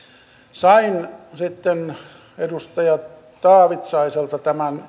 sain sitten edustaja taavitsaiselta